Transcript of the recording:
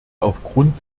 aufgrund